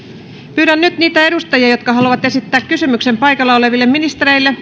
pyydän nyt niitä edustajia jotka haluavat esittää kysymyksen paikalla oleville ministereille